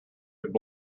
would